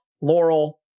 Laurel